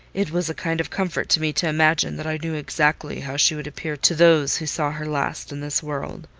it was a kind of comfort to me to imagine that i knew exactly how she would appear to those, who saw her last in this world.